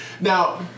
now